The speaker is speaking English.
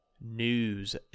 news